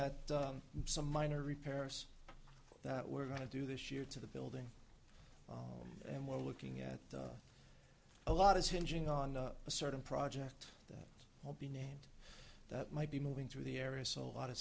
at some minor repairs that we're going to do this year to the building and we're looking at a lot of hinge ing on a certain project that will be named that might be moving through the area so a lot of